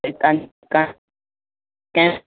त कंहिं